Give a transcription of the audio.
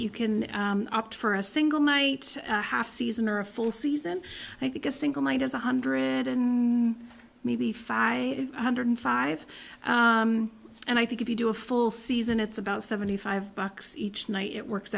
you can up for a single night half season or a full season i think a single night is one hundred and maybe five hundred five and i think if you do a full season it's about seventy five bucks each night it works